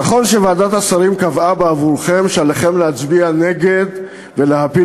נכון שוועדת השרים קבעה בעבורכם שעליכם להצביע נגד ולהפיל